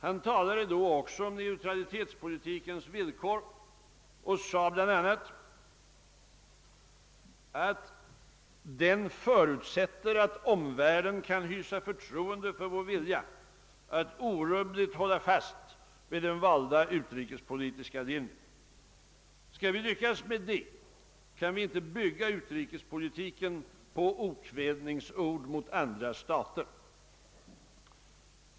Han talade då också om neutralitetspolitikens villkor och sade bl.a., att »den förutsätter att omvärlden kan hysa förtroende för vår vilja att orubbligt hålla fast vid den valda utrikespolitiska linjen. Skall vi lyckas med det, kan vi inte bygga utrikespolitiken på okvädinsord mot andra stater».